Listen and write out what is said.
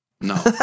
No